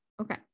Okay